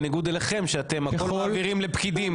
בניגוד אליכם שאתם הכל מעבירים לפקידים.